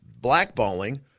blackballing